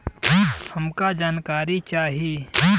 हमका जानकारी चाही?